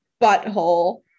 butthole